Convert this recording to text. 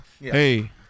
Hey